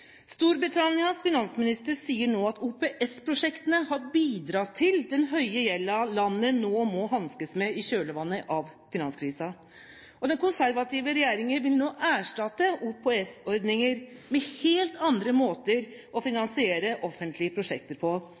Storbritannias finansminister sier nå at OPS-prosjektene har bidratt til den høye gjelden landet nå må hanskes med i kjølvannet av finanskrisen, og den konservative regjeringen vil nå erstatte OPS-ordninger med helt andre måter å finansiere offentlige prosjekter på.